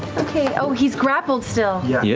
okay, oh, he's grappled still. yeah yeah